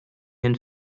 and